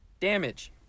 damage